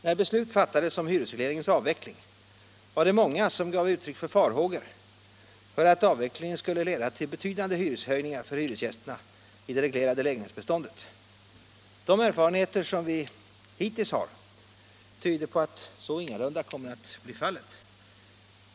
När beslut fattades om hyresregleringens avveckling var det många som gav uttryck för farhågor för att denna skulle leda till betydande hyreshöjningar för hyresgästerna i det reglerade lägenhetsbeståndet. De erfarenheter vi hittills har tyder på att så ingalunda kommer att bli fallet.